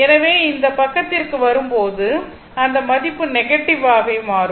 எனவே இந்த பக்கத்திற்கு வரும்போது அந்த மதிப்பு நெகட்டிவாக மாறும்